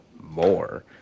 more